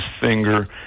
finger